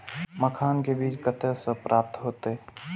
मखान के बीज कते से प्राप्त हैते?